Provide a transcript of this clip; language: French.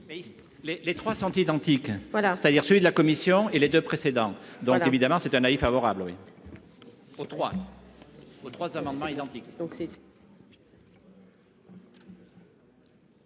Les 3 sont identiques : voilà, c'est-à-dire celui de la Commission et les 2 précédents dans évidemment c'est un avis favorable